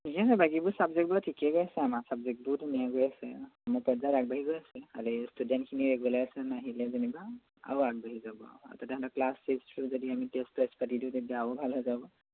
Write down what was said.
ঠিকেই আছে বাকীবোৰ চাবজেক্টবোৰ ঠিকেই গৈ আছে ছাৰ আমাৰ চাবজেক্টবোৰ ধুনীয়া গৈ আছে অঁ আমাৰ পৰ্যায়ত আগবাঢ়ি গৈ আছে খালি ষ্টুডেণ্টখিনি ৰেগুলাৰ্ছ আহিলে যেনিবা আৰু আগবাঢ়ি যাব আৰু তেতিয়া সিহঁতৰ ক্লাছ টেষ্টটো যদি আমি টেষ্ট চেষ্ট পাতি দিওঁ তেতিয়া আৰু ভাল হৈ যাব